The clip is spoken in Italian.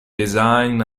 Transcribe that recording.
design